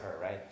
right